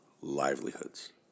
livelihoods